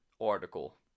article